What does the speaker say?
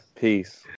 peace